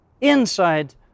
inside